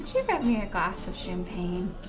you get me a glass of champagne?